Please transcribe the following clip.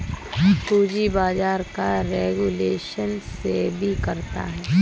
पूंजी बाजार का रेगुलेशन सेबी करता है